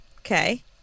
Okay